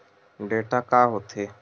Data का होथे?